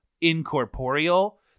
incorporeal